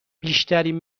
بیشترین